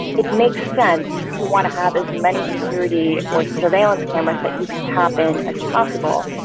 it makes sense to want to have as many security or surveillance cameras that you can tap in as possible.